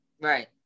right